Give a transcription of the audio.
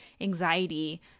anxiety